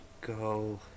go